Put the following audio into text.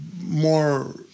more